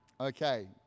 Okay